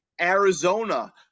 Arizona